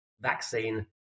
vaccine